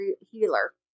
healer